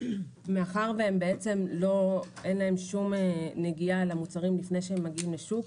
מאחר ואין להם כל נגיעה למוצרים לפני שהם מגיעים לשוק,